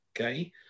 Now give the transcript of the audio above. Okay